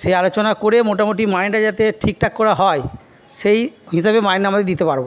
সেই আলোচনা করে মোটামুটি মাইনেটা যাতে ঠিকঠাক করে হয় সেই হিসেবে মাইনা আমাদের দিতে পারব